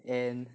and